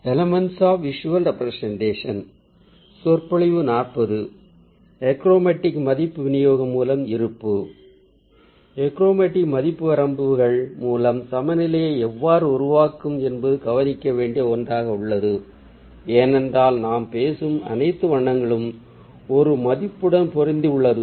achromatic மதிப்பு வரம்புகள் மூலம் சமநிலையை எவ்வாறு உருவாக்குவது என்பது கவனிக்க வேண்டிய ஒன்றாக உள்ளது ஏனென்றால் நாம் பேசும் அனைத்து வண்ணங்களும் ஒரு மதிப்புடன் பொருந்தி உள்ளது